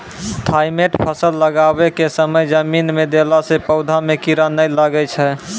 Thimet फ़सल लगाबै के समय जमीन मे देला से पौधा मे कीड़ा नैय लागै छै?